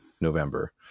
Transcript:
November